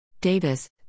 Davis